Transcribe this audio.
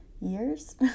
years